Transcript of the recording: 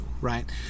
right